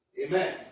Amen